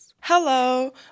Hello